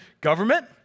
government